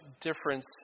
difference